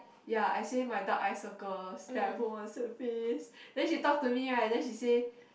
ya I say my dark eye circles then I put one sad face then she talk to me right then she say